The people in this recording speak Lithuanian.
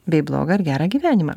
bei blogąir gerą gyvenimą